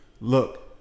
look